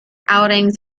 outings